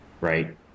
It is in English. right